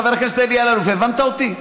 חבר הכנסת אלי אלאלוף, הבנת אותי,